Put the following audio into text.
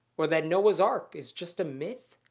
or that noah's ark is just a myth?